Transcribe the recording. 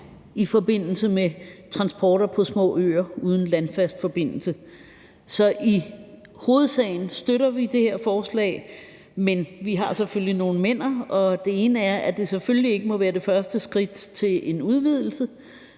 i forbindelse med transporter på små øer uden landfast forbindelse. Så i hovedsagen støtter vi det her forslag, men vi har selvfølgelig nogle men'er, og det ene er, at det selvfølgelig ikke må være det første skridt til en udvidelse,